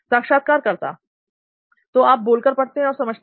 साक्षात्कारकर्ता तो आप बोलकर पढ़ते हैं और समझते हैं